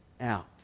out